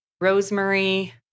Rosemary